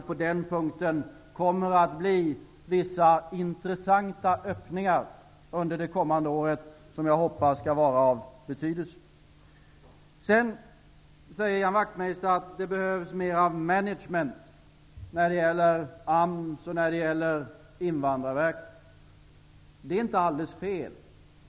På den punkten kommer det att bli vissa intressanta öppningar under det kommande året, som jag hoppas skall vara av betydelse. Ian Wachtmeister säger att det behövs mer ''management'' när det gäller AMS och Invandrarverket. Det är inte helt fel.